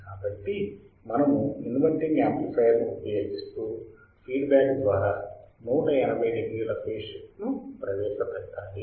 కాబట్టి మనము inverting amplifier ఉపయోగిస్తూ ఫీడ్ బ్యాక్ ద్వారా 180 డిగ్రీల ఫేజ్ షిఫ్ట్ నూ ప్రవేశపెట్టాలి